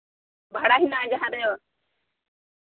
ᱵᱷᱟᱲᱟ ᱦᱮᱱᱟᱜᱼᱟ ᱡᱟᱦᱟᱸᱨᱮ